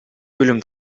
бөлүм